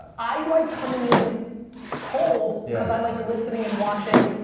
i like coming in cold yeah cause i like listening and watching,